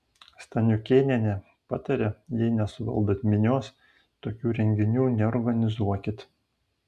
staniukėnienė patarė jei nesuvaldot minios tokių renginių neorganizuokit